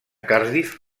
cardiff